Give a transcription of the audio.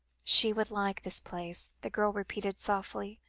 she would like this place, the girl repeated softly.